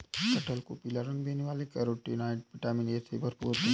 कटहल को पीला रंग देने वाले कैरोटीनॉयड, विटामिन ए से भरपूर होते हैं